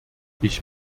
ich